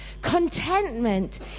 Contentment